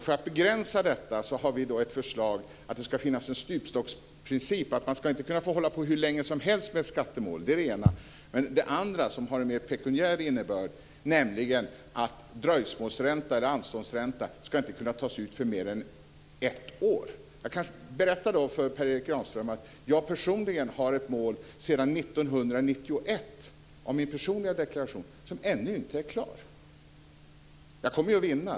För att begränsa detta har vi ett förslag om att det ska finnas en stupstocksprincip. Man ska inte kunna hålla på hur länge som helst med ett skattemål. Det är det ena. Det andra, som har en mer pekuniär innebörd, är att dröjsmålsränta eller anståndsränta inte ska kunna tas ut för mer än ett år. Jag kan berätta för Per Erik Granström att jag personligen har ett mål sedan 1991 som gäller min personliga deklaration som ännu inte är klart. Jag kommer att vinna.